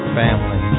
family